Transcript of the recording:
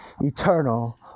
eternal